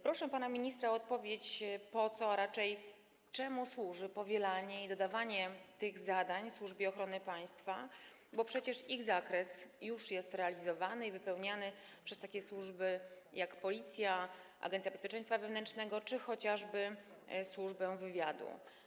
Proszę pana ministra o odpowiedź na pytanie, czemu służy powielanie tych zadań i ich dodawanie Służbie Ochrony Państwa, bo przecież ich zakres już jest realizowany i wypełniany przez takie służby jak Policja, Agencja Bezpieczeństwa Wewnętrznego czy chociażby służba wywiadu.